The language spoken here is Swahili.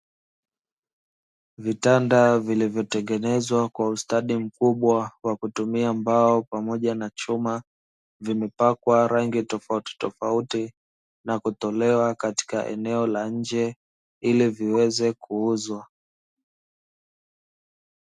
Vitanda vilivyotengenezwa kwa ustadi mkubwa wa kutumia mbao pamoja na chuma, vimepakwa rangi tofautitofauti na kutolewa katika eneo la nje ili viweze kuuzwa.